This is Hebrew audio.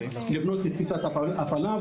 לבנות תפיסת הפעלה,